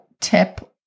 tip